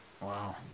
Wow